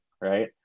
Right